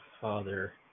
father